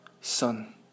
sun